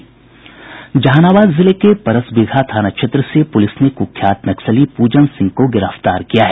जहानाबाद जिले के परसबिगहा थाना क्षेत्र से पुलिस ने कुख्यात नक्सली पूजन सिंह को गिरफ्तार किया है